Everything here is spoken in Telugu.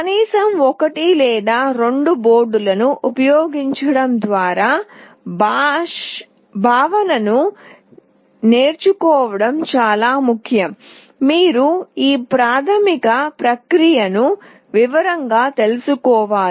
కనీసం ఒకటి లేదా రెండు బోర్డులను ఉపయోగించడం ద్వారా భావనను నేర్చుకోవడం చాలా ముఖ్యం మీరు ఈ ప్రాథమిక ప్రక్రియను వివరంగా తెలుసుకోవాలి